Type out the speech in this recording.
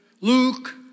Luke